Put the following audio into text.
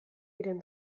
diren